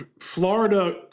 Florida